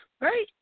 right